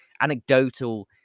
anecdotal